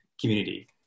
community